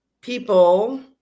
People